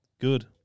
Good